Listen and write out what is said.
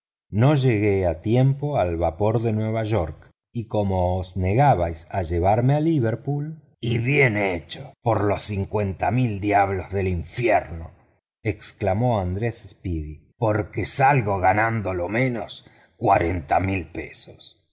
no llegué a tiempo al vapor de nueva york y como os negabais a llevarme a liverpool y bien hecho por los cincuenta mil diablos del infierno exclamó andrés speedy porque salgo ganando lo menos cuarenta mil